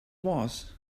was